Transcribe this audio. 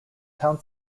town